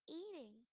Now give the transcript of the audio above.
eating